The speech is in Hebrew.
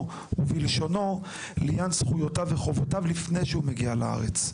ובלשונות לעניין זכויותיו וחובותיו לפני שהוא מגיע לארץ?